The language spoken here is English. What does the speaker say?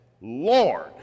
Lord